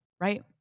right